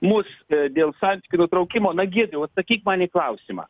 mus dėl santykių nutraukimo na giedriau atsakyk man į klausimą